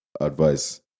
advice